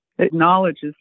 Acknowledges